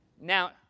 Now